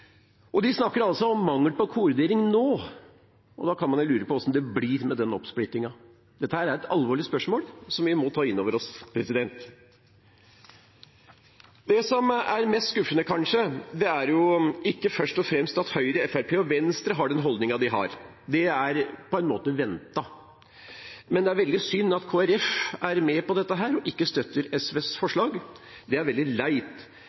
bedre. De snakker altså om mangel på koordinering nå, og da kan man lure på hvordan det blir med den oppsplittingen. Dette er et alvorlig spørsmål som vi må ta inn over oss. Det som kanskje er mest skuffende, er ikke først og fremst at Høyre, Fremskrittspartiet og Venstre har den holdningen de har. Det er på en måte ventet. Men det er veldig synd at Kristelig Folkeparti er med på dette og ikke støtter SVs forslag. Det er veldig leit.